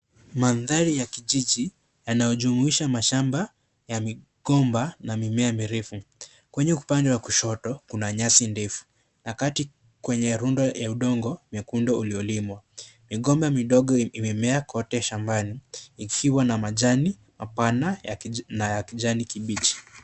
Mandhari ya kijiji yanayojumuisha mashamba ya mikomba na mimea mirefu. Kwenye upande wa kushoto kuna nyasi ndefu. Na kati kwenye rundo ya udongo nyekundu uliolimwa. Migomba midogo imemea kute shambani. Ikiwa na majani mapana na ya kijani kibichi.